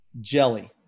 jelly